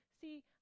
see